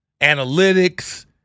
Analytics